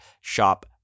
shop